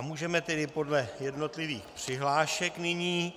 Můžeme tedy podle jednotlivých přihlášek nyní.